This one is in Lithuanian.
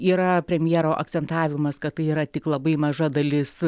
yra premjero akcentavimas kad tai yra tik labai maža dalis